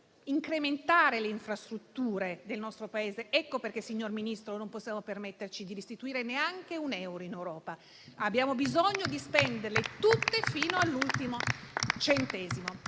incrementare le infrastrutture del nostro Paese. Ecco perché, signor Ministro, non possiamo permetterci di restituire neanche un euro in Europa. Abbiamo bisogno di spenderli tutti, fino all'ultimo centesimo.